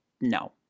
no